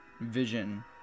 vision